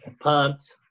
pumped